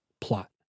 plot